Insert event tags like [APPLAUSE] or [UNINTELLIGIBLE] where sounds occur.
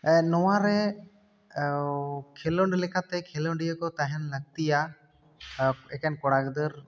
ᱱᱚᱣᱟ ᱨᱮ ᱠᱷᱮᱞᱳᱰ ᱞᱮᱠᱟᱛᱮ ᱠᱷᱮᱞᱳᱰᱤᱭᱟᱹ ᱠᱚ ᱛᱟᱦᱮᱱ ᱞᱟᱹᱠᱛᱤᱭᱟ [UNINTELLIGIBLE] ᱮᱠᱮᱱ ᱠᱚᱲᱟ ᱜᱤᱫᱟᱹᱨ